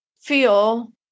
feel